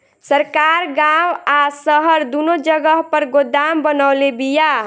सरकार गांव आ शहर दूनो जगह पर गोदाम बनवले बिया